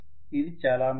ఇది చాలా మంచిది